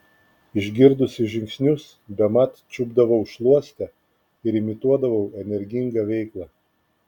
išgirdusi žingsnius bemat čiupdavau šluostę ir imituodavau energingą veiklą